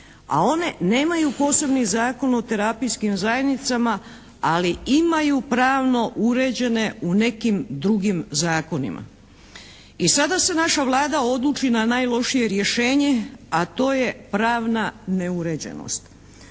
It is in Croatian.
a one nemaju posebni zakon o terapijskim zajednicama ali imaju pravno uređene u nekim drugim zakonima. I sada se naša Vlada odluči na najlošije rješenje a to je pravna neuređenost.